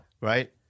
Right